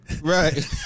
Right